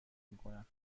میکنم